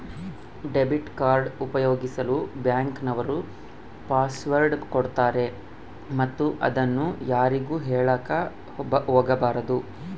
debit card ಉಪಯೋಗಿಸಲು bank ನವರು password ಕೊಡ್ತಾರೆ ಮತ್ತು ಅದನ್ನು ಯಾರಿಗೂ ಹೇಳಕ ಒಗಬಾರದು